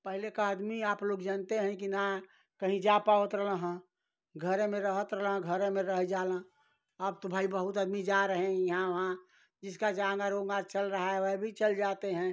पहले का आदमी आप लोग जानते हैं कि ना कहीं नहीं जा पाता था हाँ घर में ही रहता था घर में ही रहता था अब तो भाई बहुत आदमी जा रहे यहाँ वहाँ जिसका जाँगर ओंगर चल रहा है वह भी चल जाते हैं